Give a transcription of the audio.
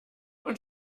und